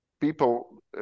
people